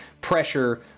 pressure